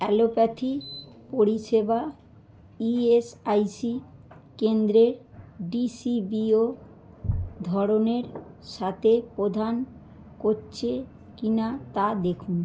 allopathy পরিষেবা ESIC কেন্দ্রের ডিসিবিও ধরনের সাথে প্রধান করছে কিনা তা দেখুন